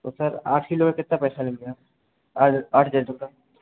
तो सर आठ किलो में कितना पैसा लेते हैं आठ दे दूँगा